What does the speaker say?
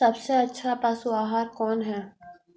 सबसे अच्छा पशु आहार कौन है?